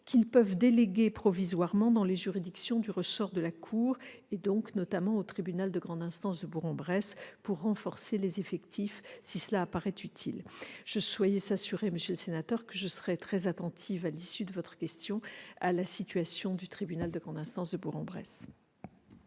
qu'ils peuvent déléguer provisoirement dans les juridictions du ressort de la cour, et donc notamment au tribunal de grande instance de Bourg-en-Bresse, pour renforcer les effectifs, si cela apparaît utile. Soyez assuré, monsieur le sénateur, que je serai très attentive, à la suite de votre question, à la situation du tribunal de grande instance de Bourg-en-Bresse.